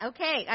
Okay